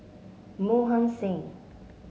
Mohan Singh